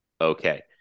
Okay